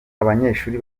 abanyeshuri